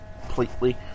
completely